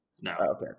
No